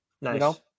Nice